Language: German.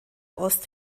ost